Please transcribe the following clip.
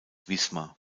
wismar